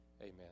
Amen